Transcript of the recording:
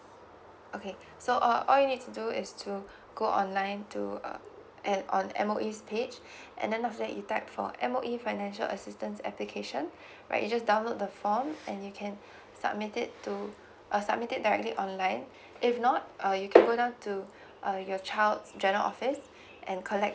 okay so uh all you need to do is to go online to uh at on M_O_E's page and then after that you type for M_O_E financial assistance application right you just download the form and you can submit it to a submit it directly online if not uh you can go down to uh your child's general office and collect